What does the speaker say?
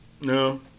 No